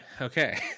okay